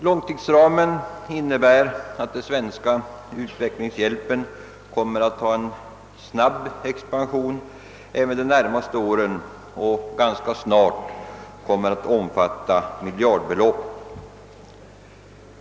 Långtidsplanen innebär att den svenska u-hjälpen kommer att expandera snabbt under de närmaste åren och ganska snart kommer att omfatta miljardbelopp.